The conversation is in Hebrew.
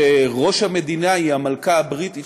שראש המדינה היא המלכה הבריטית,